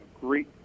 great